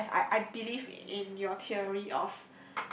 I've uh I believe in your theory of